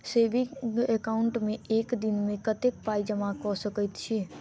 Saving account मे एक दिनमे कतेक पाई जमा कऽ सकैत छी?